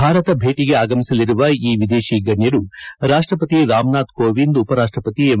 ಭಾರತ ಭೇಟಗೆ ಆಗಮಿಸಲಿರುವ ಈ ವಿದೇಶೀ ಗಣ್ಯರು ರಾಷ್ಟಪತಿ ರಾಮನಾಥ್ ಕೋವಿಂದ್ ಉಪ ರಾಷ್ಟಪತಿ ಎಂ